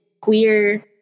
queer